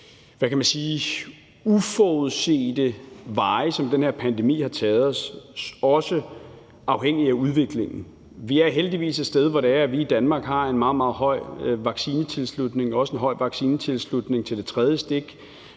uforudsete veje, som den her pandemi har taget, også afhængigt af udviklingen. Vi er heldigvis det sted, at vi i Danmark har en meget, meget høj vaccinetilslutning og også en høj